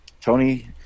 Tony